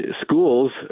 schools